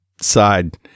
side